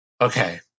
okay